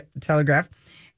Telegraph